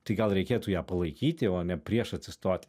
tai gal reikėtų ją palaikyti o ne prieš atsistoti